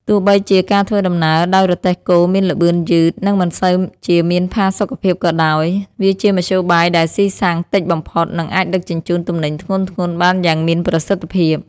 ទោះបីជាការធ្វើដំណើរដោយរទេះគោមានល្បឿនយឺត និងមិនសូវជាមានផាសុកភាពក៏ដោយ វាជាមធ្យោបាយដែលស៊ីសាំងតិចបំផុតនិងអាចដឹកជញ្ជូនទំនិញធ្ងន់ៗបានយ៉ាងមានប្រសិទ្ធភាព។